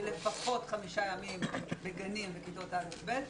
לפחות חמישה ימים בגנים ובכיתות א'-ב',